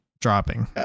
dropping